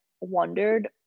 wondered